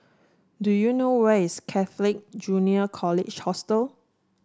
do you know where is Catholic Junior College Hostel